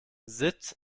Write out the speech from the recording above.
sitt